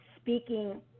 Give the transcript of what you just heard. speaking